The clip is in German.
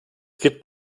gibt